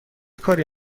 کاری